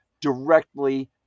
directly